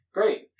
Great